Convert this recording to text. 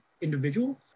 individual